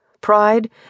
Pride